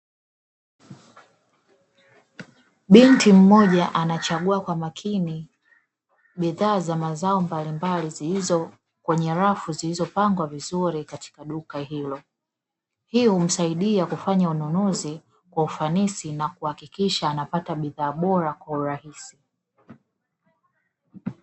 Binti mmoja, anachagua kwa makini bidhaa za aina mbalimbali kwenye rafu zilizopangwa vizuri katika duka hilo, hivyo husaidia kufanya ununuzi kwa ufanisi na kuhakikisha anapata bidhaa bora kwa urahisi.